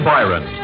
Byron